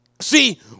See